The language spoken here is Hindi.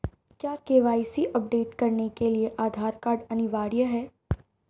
क्या के.वाई.सी अपडेट करने के लिए आधार कार्ड अनिवार्य है?